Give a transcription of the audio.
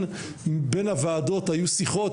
בין הוועדות היו שיחות,